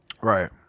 Right